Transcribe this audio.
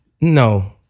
No